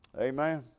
Amen